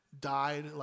died